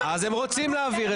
אז הם רוצים להעביר את זה.